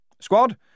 Squad